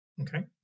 Okay